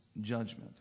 judgment